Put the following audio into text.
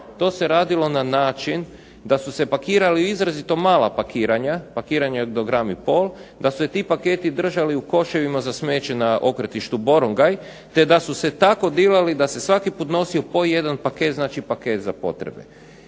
To se radilo na način da su se pakirali u izrazito mala pakiranja, pakiranja do gram i pol, da su se ti paketi držali u koševima za smeće na okretištu Borongaj te da su se tako dilali da se svaki put nosio po jedan paket, znači paket za potrebe.